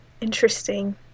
Interesting